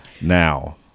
Now